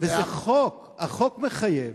החוק מחייב.